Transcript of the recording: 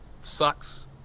sucks